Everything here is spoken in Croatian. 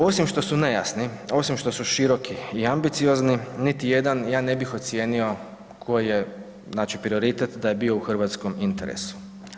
Osim što su nejasni, osim što su široki i ambiciozni niti jedan ja ne bih ocijenio ko je naći prioritet da je bio u hrvatskom interesu.